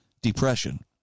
depression